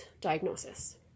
diagnosis